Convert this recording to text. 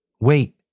Wait